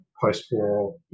post-war